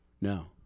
No